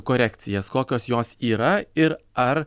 korekcijas kokios jos yra ir ar